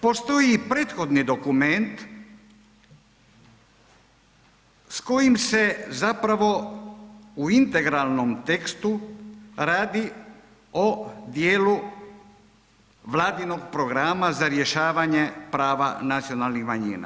Postoji i prethodni dokument s kojim se zapravo u integralnom tekstu radi o djelu Vladinog programa za rješavanje prava nacionalnih manjina.